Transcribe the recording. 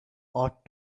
ought